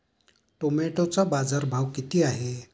टोमॅटोचा बाजारभाव किती आहे?